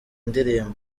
ndirimbo